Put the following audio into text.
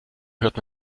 hört